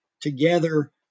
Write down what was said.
together